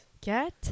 Get